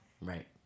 Right